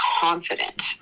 confident